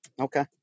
Okay